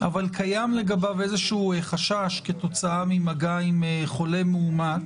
אבל קיים לגביו איזה שהוא חשש כתוצאה ממגע עם חולה מאומת